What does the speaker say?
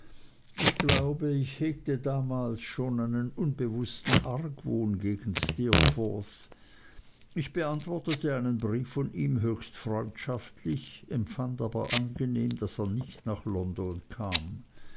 ich glaube ich hegte damals schon einen unbewußten argwohn gegen steerforth ich beantwortete einen brief von ihm höchst freundschaftlich empfand aber angenehm daß er nicht nach london kam